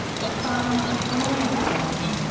but, father. where are we going?